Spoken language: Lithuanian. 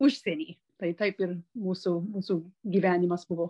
užsieny tai taip ir mūsų mūsų gyvenimas buvo